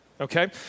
okay